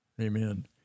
Amen